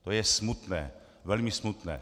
To je smutné, velmi smutné.